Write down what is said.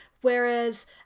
Whereas